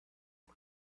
por